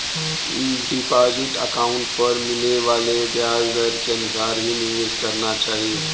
deposit account पर मिले वाले ब्याज दर के अनुसार ही निवेश करना चाही